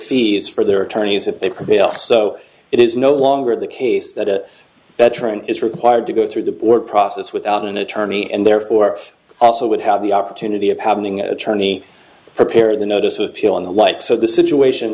fees for their attorneys if they prevail so it is no longer the case that a veteran is required to go through the work process without an attorney and therefore also would have the opportunity of having an attorney prepare the notice of appeal in the light so the situation